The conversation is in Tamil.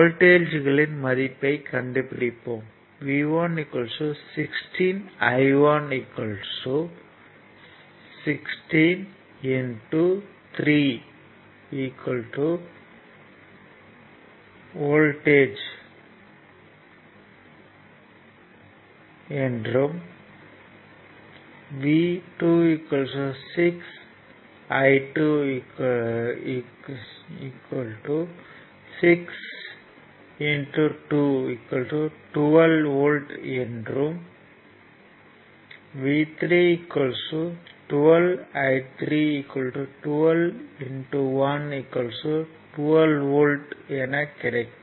வோல்ட்டேஜ்களின் மதிப்பு ஐ கண்டுபிடிப்போம் V1 16 I1 16 3 48 வோல்ட் என்றும் V2 6 I2 6 2 12 வோல்ட் என்றும் V3 12 I3 12 1 12 வோல்ட் என கிடைக்கும்